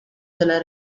della